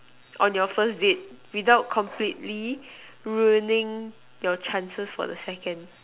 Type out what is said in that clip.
on your first date without completely ruining your chances for the second